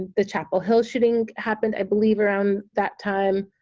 the chapel hill shooting happened i believe around that time,